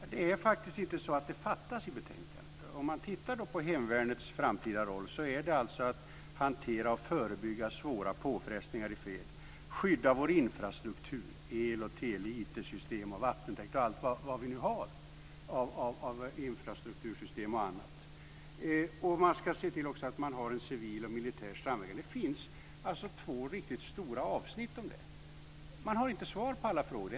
Fru talman! Det är faktiskt inte så att det fattas i betänkandet. Om man tittar på hemvärnets framtida roll är det att hantera och förebygga svåra påfrestningar i fred, skydda vår infrastruktur, el och tele, IT system, vattentäkt och allt vad vi nu har av infrastruktur och annat. Man ska också ha två riktigt stora avsnitt om civilt och militärt samhälle. Man har inte svar på alla frågor.